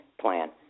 plan